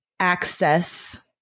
Access